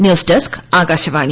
news desk Akashvani